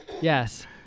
Yes